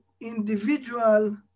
individual